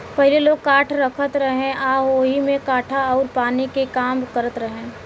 पहिले लोग काठ रखत रहे आ ओही में आटा अउर पानी के काम करत रहे